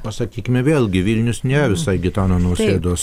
pasakykime vėlgi vilnius nėra visai gitano nausėdos